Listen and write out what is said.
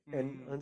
mm